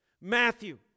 Matthew